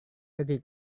kaki